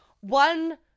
one